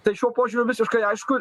tai šiuo požiūriu visiškai aišku